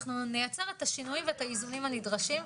אנחנו נייצר את השינויים ואת האיזונים הנדרשים.